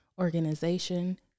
organization